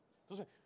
Entonces